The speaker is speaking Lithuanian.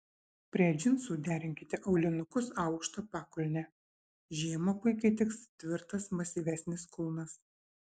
prie džinsų derinkite aulinukus aukšta pakulne žiemą puikiai tiks tvirtas masyvesnis kulnas